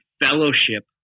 fellowship